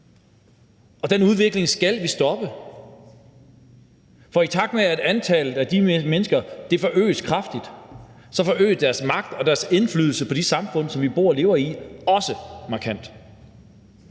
Den udvikling skal vi stoppe, for i takt med at antallet af de mennesker forøges kraftigt, forøges deres magt og deres indflydelse på de samfund, som vi bor og lever i, også markant.